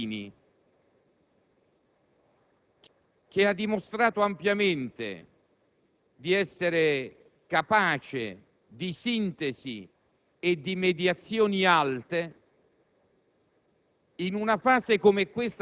Credo che il motivo fondamentale sia legato proprio al contrasto che c'è all'interno della maggioranza, perché quando un Presidente